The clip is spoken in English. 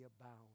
abound